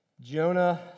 Jonah